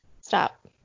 stop